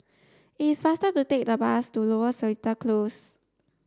it's faster to take the bus to Lower Seletar Close